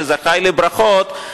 שזכאי לברכות,